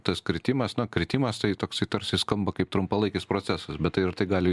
tas kritimas na kritimas tai toksai tarsi skamba kaip trumpalaikis procesas bet tai ar tai gali